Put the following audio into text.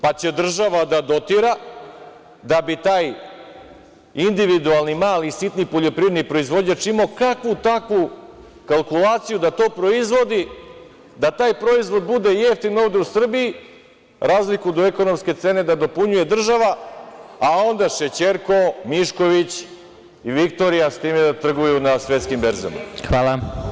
Pa će država da dotira, da bi taj individualni mali sitni poljoprivredni proizvođač imao kakvu-takvu kalkulaciju da to proizvodi, da taj proizvod bude jeftin ovde u Srbiji, razliku do ekonomske cene da dopunjuje država, a onda Šećerko, Mišković i "Viktorija" s time da trguju na svetskim berzama.